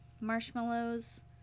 marshmallows